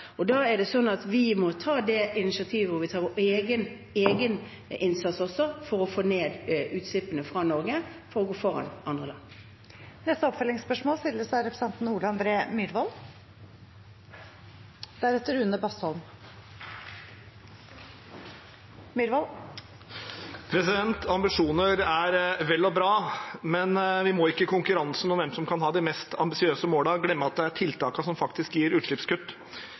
vi ta et initiativ hvor vi har vår egen innsats også, for å få ned utslippene fra Norge, for å gå foran andre land. Ole André Myhrvold – til oppfølgingsspørsmål. Ambisjoner er vel og bra, men vi må ikke, i konkurransen om hvem som har de mest ambisiøse målene, glemme at det er tiltakene som faktisk gir utslippskutt.